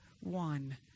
one